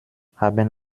haben